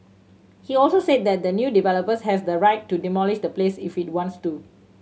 he also said that the new developer has the right to demolish the place if it wants to